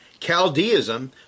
Chaldeism